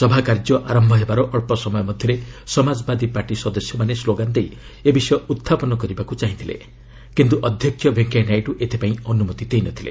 ସଭାକାର୍ଯ୍ୟ ଆରମ୍ଭ ହେବାର ଅଳ୍ପ ସମୟ ମଧ୍ୟରେ ସମାଜବାଦୀ ପାର୍ଟି ସଦସ୍ୟମାନେ ସ୍କୋଗାନ ଦେଇ ଏ ବିଷୟ ଉହ୍ଚାପନ କରିବାକୁ ଚାହିଁଥିଲେ କିନ୍ତୁ ଅଧ୍ୟକ୍ଷ ଭେଙ୍କୟାନାଇଡୁ ଏଥିପାଇଁ ଅନୁମତି ଦେଇନଥିଲେ